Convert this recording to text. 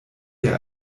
der